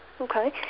okay